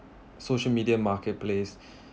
social media market please